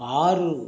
ஆறு